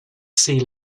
sea